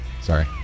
Sorry